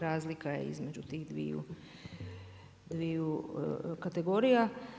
Razlika je između tih dviju kategorija.